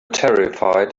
terrified